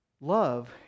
love